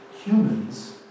Humans